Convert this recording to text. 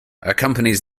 accompanies